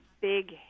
big